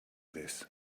this